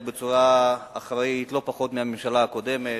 בצורה אחראית לא פחות מהממשלה הקודמת.